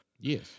Yes